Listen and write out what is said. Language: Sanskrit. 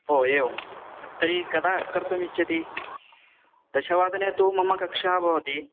ओ एवं तर्हि कदा कर्तुम् इच्छति दशवादने तु मम कक्षा भवति